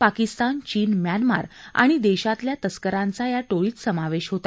पाकिस्तान चीन म्यानमार आणि देशातल्या तस्करांचा या टोळीत समावेश होता